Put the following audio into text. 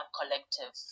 collective